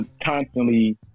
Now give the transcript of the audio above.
constantly